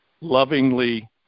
lovingly